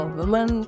women